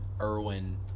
Irwin